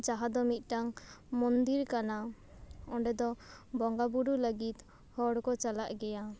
ᱡᱟᱦᱟᱸ ᱫᱚ ᱢᱤᱫᱴᱟᱝ ᱢᱚᱱᱫᱤᱨ ᱠᱟᱱᱟ ᱚᱸᱰᱮ ᱫᱚ ᱵᱚᱸᱜᱟ ᱵᱩᱨᱩ ᱞᱟᱹᱜᱤᱫ ᱦᱚᱲ ᱠᱚ ᱪᱟᱞᱟᱜ ᱜᱮᱭᱟ